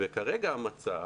וכרגע המצב